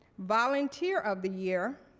volunteer of the year,